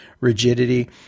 rigidity